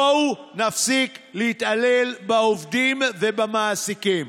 בואו נפסיק להתעלל בעובדים ובמעסיקים.